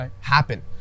happen